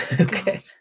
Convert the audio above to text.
Okay